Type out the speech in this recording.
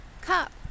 cup